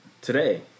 today